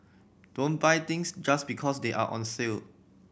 don't buy things just because they are on sale